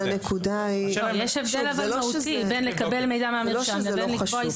יש הבדל מהותי בין לקבל מידע מהמרשם לבין לקבוע איסור.